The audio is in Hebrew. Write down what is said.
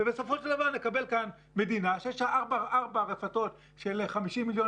ובסופו של דבר נקבל כאן מדינה שיש לה ארבע רפתות של 50 מיליון